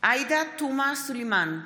עאידה תומא סלימאן,